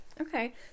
Okay